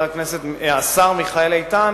השר מיכאל איתן